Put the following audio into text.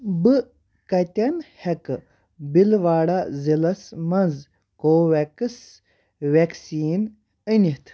بہٕ کَتٮ۪ن ہیٚکہٕ بِلواڑہ ضلعس مَنٛز کوویٚکٕس ویکسیٖن أنِتھ؟